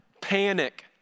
panic